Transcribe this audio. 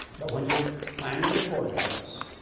but when you're planning a courthouse,